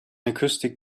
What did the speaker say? acoustic